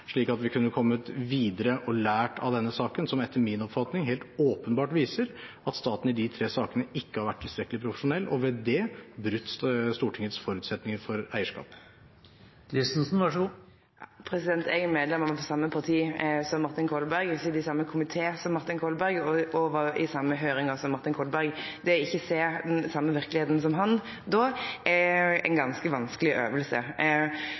slik at vi kunne kommet videre og lært av denne saken, som etter min oppfatning helt åpenbart viser at staten i de tre sakene ikke har vært tilstrekkelig profesjonell og ved det brutt Stortingets forutsetninger for eierskap. Eg er medlem av same parti som Martin Kolberg, sit i same komité som Martin Kolberg, og var i den same høyringa som Martin Kolberg. Det ikkje å sjå den same verkelegheita som han då, er